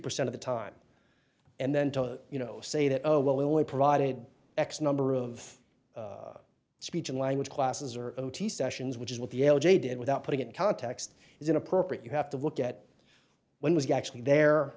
percent of the time and then to you know say that oh well we provided x number of speech and language classes or o t sessions which is what the l j did without putting it in context is inappropriate you have to look at when was actually there